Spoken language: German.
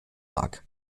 mag